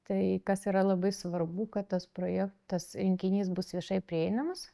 tai kas yra labai svarbu kad tas projektas rinkinys bus viešai prieinamas